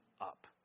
up